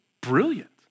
brilliant